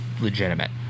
legitimate